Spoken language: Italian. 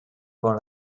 con